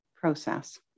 process